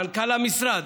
מנכ"ל המשרד.